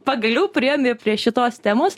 pagaliau priėjom jau prie šitos temos